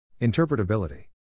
Interpretability